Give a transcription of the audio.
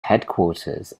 headquarters